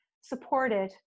supported